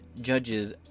judges